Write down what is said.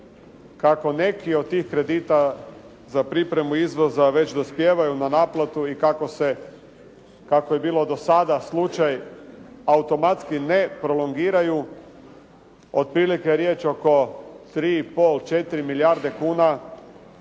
Kako neki od tih kredita za pripremu izvoza već dospijevaju na naplatu i kako je bilo do sada slučaj, automatski ne prolongiraju otprilike je riječ oko 3,5, 4 milijarde kuna.